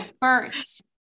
first